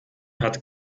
hat